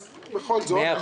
אז בכל זאת.